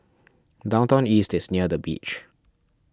Downtown East is near the beach